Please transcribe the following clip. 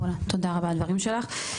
תודה רבה על הדברים שלך.